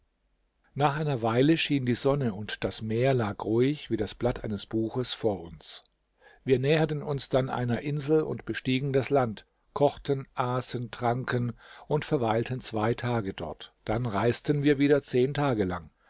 nach einer weile schien die sonne und das meer lag ruhig wie das blatt eines buches vor uns wir näherten uns dann einer insel und bestiegen das land kochten aßen tranken und verweilten zwei tage dort dann reisten wir wieder zehn tage lang